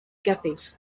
cafes